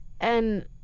and-